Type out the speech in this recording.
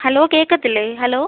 hello കേൾക്കത്തില്ലേ hello